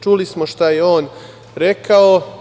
Čuli smo šta je on rekao.